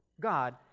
God